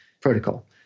protocol